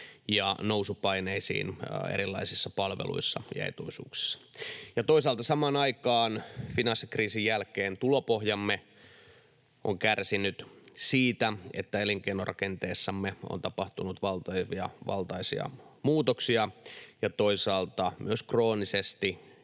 ja nousupaineisiin erilaisissa palveluissa ja etuisuuksissa. Toisaalta samaan aikaan finanssikriisin jälkeen tulopohjamme on kärsinyt siitä, että elinkeinorakenteessamme on tapahtunut valtaisia muutoksia, ja toisaalta myös kroonisesti